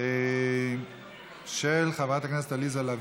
הכרה בתא משפחתי של יותר